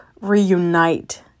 reunite